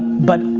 but,